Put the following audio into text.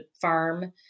farm